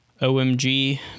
OMG